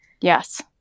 Yes